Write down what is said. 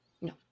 No